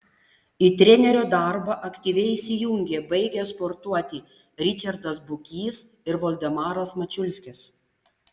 į trenerio darbą aktyviai įsijungė baigę sportuoti ričardas bukys ir voldemaras mačiulskis